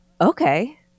okay